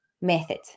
method